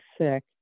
sick